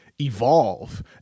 evolve